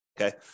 okay